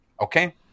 okay